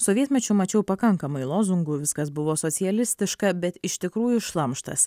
sovietmečiu mačiau pakankamai lozungų viskas buvo socialistiška bet iš tikrųjų šlamštas